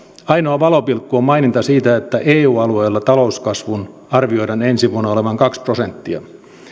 ainoa valopilkku on maininta siitä että eu alueella talouskasvun arvioidaan ensi vuonna olevan kaksi prosenttia